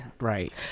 right